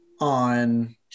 on